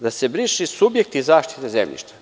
Da se briše „subjekti zaštite zemljišta“